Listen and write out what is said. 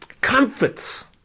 comforts